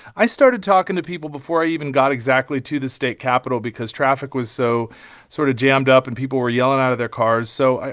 i started talking to people before i even got exactly to the state capitol because traffic was so sort of jammed up, and people were yelling out of their cars. so,